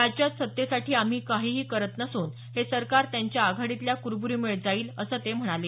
राज्यात सत्तेसाठी आम्ही काहीही करत नसून हे सरकार त्यांच्या आघाडीतल्या कुरबुरीमुळेच जाईल असं ते म्हणाले